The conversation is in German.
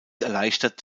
erleichtert